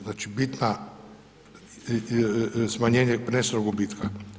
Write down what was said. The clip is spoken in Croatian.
Znači bitna smanjenje prenesenog gubitka.